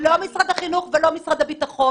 לא משרד החינוך ולא משרד הביטחון.